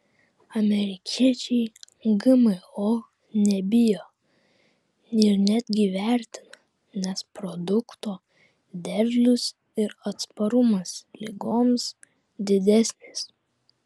amerikiečiai gmo nebijo ir netgi vertina nes produkto derlius ir atsparumas ligoms didesnis